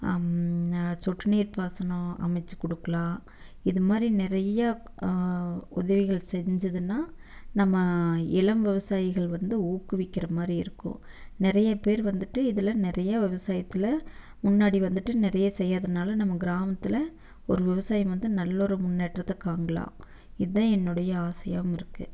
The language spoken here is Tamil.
சொட்டு நீர் பாசனம் அமைத்து கொடுக்கலாம் இது மாதிரி நிறையா உதவிகள் செஞ்சுதுன்னா நம்ம இளம் விவசாயிகள் வந்து ஊக்குவிக்கிற மாதிரி இருக்கும் நிறைய பேர் வந்துட்டு இதில் நிறைய விவசாயத்தில் முன்னாடி வந்துட்டு நிறைய செய்கிறதுனால நம்ம கிராமத்தில் ஒரு விவசாயம் வந்து நல்ல ஒரு முன்னேற்றத்தை காண்லாம் இதுதான் என்னுடைய ஆசையாகவும் இருக்குது